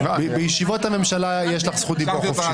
בישיבות הממשלה יש לך זכות דיבור חופשית.